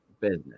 business